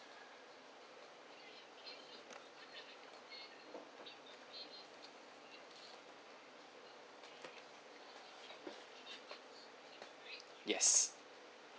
yes